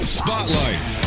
spotlight